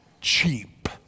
cheap